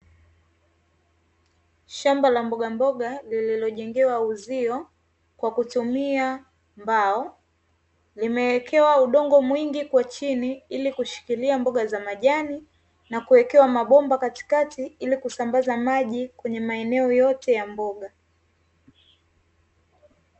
Shamba la mbogamboga lililojengewa uzio kwa kutumia mbao, limewekewa udongo mwingi kwa chini ili kushikilia mboga za majani na kuwekewa mabomba katikati ili kusambaza maji kwenye maeneo yote ya mboga.